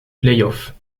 playoffs